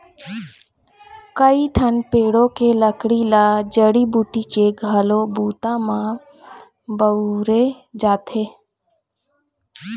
कइठन पेड़ के लकड़ी ल जड़ी बूटी के घलोक बूता म बउरे जाथे